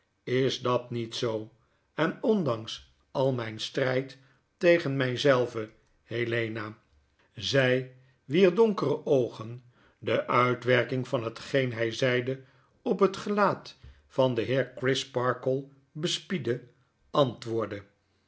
is dat niet zoo en ondanks al myn stryd tegen my zelven helena zg wier donkere oogen de uitwerking van hetgeen hg zeide op het gelaat van den heer crisparkle bespiedde antwoordde